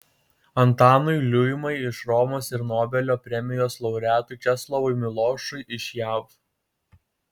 antanui liuimai iš romos ir nobelio premijos laureatui česlovui milošui iš jav